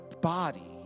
body